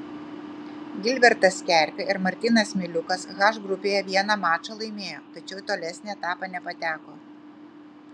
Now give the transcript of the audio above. gilbertas kerpė ir martynas miliukas h grupėje vieną mačą laimėjo tačiau į tolesnį etapą nepateko